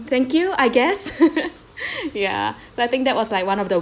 thank you I guess ya so I think that was like one of the